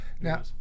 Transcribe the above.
Now